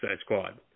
Squad